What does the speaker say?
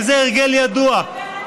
וזה הרגל ידוע,